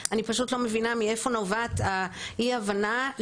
אני פשוט לא מבינה מאיפה נובעת אי ההבנה.